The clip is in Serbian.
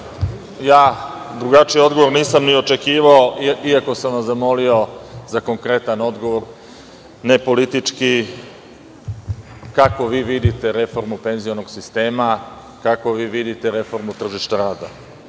drugačiji odgovor nisam ni očekivao, iako sam vas zamolio za konkretan odgovor, ne politički, kako vi vidite reformu penzionog sistema, reformu tržišta rada.